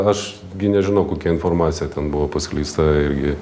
aš gi nežinau kokia informacija ten buvo paskleista irgi